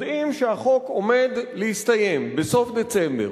יודעים שתוקף החוק עומד להסתיים בסוף דצמבר.